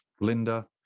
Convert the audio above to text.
linda